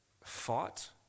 fought